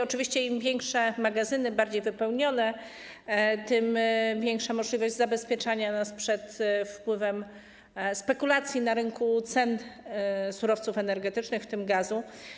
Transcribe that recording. Oczywiście, im większe magazyny, im bardziej są wypełnione, tym większa możliwość zabezpieczenia nas przed wpływem spekulacji na rynku cen surowców energetycznych, w tym gazu.